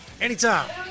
Anytime